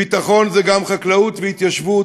ביטחון זה גם חקלאות והתיישבות,